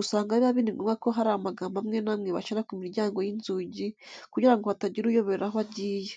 usanga biba biri ngomba ko hari amagambo amwe n'amwe bashyira ku miryango y'inzugi kugira ngo hatagira uyoberwa aho agiye.